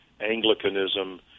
Anglicanism